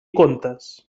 contes